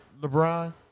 LeBron